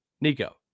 nico